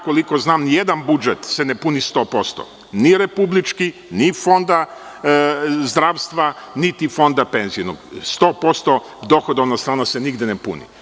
Koliko znam ni jedan budžet se ne puni 100%, ni republički ni Fonda zdravstva niti Fonda penzionog, 100% dohodovno se ne puni.